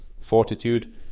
fortitude